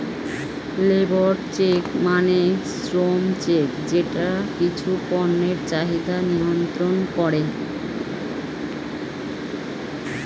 labour check মানে শ্রম check যেটা কিছু পণ্যের চাহিদা নিয়ন্ত্রন করে